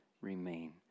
remain